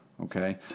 Okay